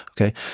okay